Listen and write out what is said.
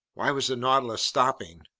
why was the nautilus stopping?